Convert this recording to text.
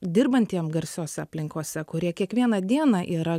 dirbantiem garsiose aplinkose kurie kiekvieną dieną yra